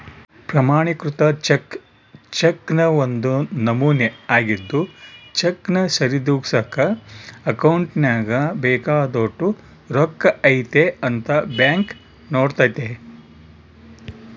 ಪ್ರಮಾಣಿಕೃತ ಚೆಕ್ ಚೆಕ್ನ ಒಂದು ನಮೂನೆ ಆಗಿದ್ದು ಚೆಕ್ನ ಸರಿದೂಗ್ಸಕ ಅಕೌಂಟ್ನಾಗ ಬೇಕಾದೋಟು ರೊಕ್ಕ ಐತೆ ಅಂತ ಬ್ಯಾಂಕ್ ನೋಡ್ತತೆ